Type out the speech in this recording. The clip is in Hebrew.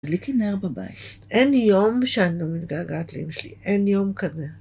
ליקי נער בבית. אין יום שאני לא מנגעגעת לאמא שלי, אין יום כזה.